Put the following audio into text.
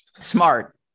Smart